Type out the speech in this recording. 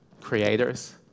creators